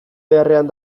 beharrean